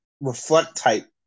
reflect-type